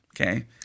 Okay